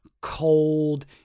cold